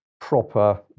proper